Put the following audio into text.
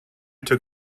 took